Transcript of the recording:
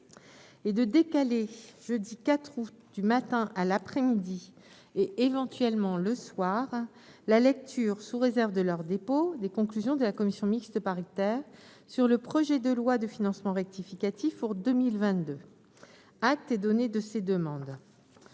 de décaler au jeudi 4 août, après-midi et, éventuellement, le soir, la lecture, sous réserve de leur dépôt, des conclusions de la commission mixte paritaire sur le projet de loi de financement rectificative pour 2022. Acte est donné de ces demandes.